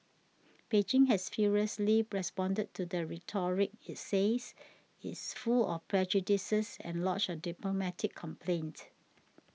Beijing has furiously responded to the rhetoric it says is full of prejudices and lodged a diplomatic complaint